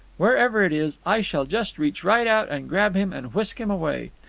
wherever it is, i shall just reach right out and grab him and whisk him away.